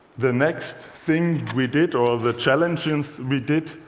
the next thing we did, or the challenges we did,